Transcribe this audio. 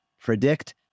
predict